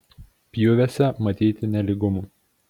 pjūviuose matyti nelygumų